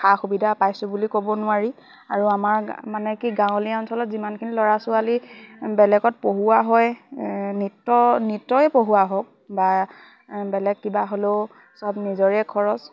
সা সুবিধা পাইছোঁ বুলি ক'ব নোৱাৰি আৰু আমাৰ মানে কি গাঁৱলীয়া অঞ্চলত যিমানখিনি ল'ৰা ছোৱালী বেলেগত পঢ়োৱা হয় নৃত্য নৃত্যই পঢ়োৱা হওক বা বেলেগ কিবা হ'লেও সব নিজৰে খৰচ